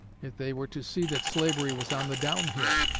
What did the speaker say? if they were to see that slavery was on the down hill